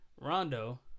Rondo